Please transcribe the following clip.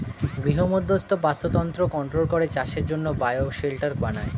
গৃহমধ্যস্থ বাস্তুতন্ত্র কন্ট্রোল করে চাষের জন্যে বায়ো শেল্টার বানায়